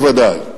בוודאי,